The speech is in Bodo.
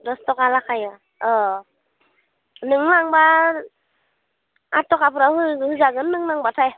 दस थाखा लाखायो अ नों लांबा आदथाखाफ्राव होजागोन नों लांबाथाय